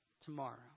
Tomorrow